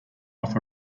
off